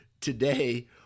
today